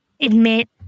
admit